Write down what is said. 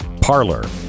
Parlor